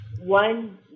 One